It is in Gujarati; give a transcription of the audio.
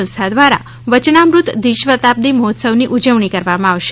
સંસ્થા દ્વારા વયનામૃત દ્વિશતાબ્દી મહોત્સવની ઉજવણી કરવામાં આવશે